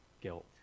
Guilt